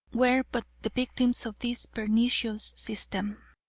were but the victims of this pernicious system.